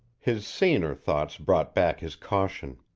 his saner thoughts brought back his caution.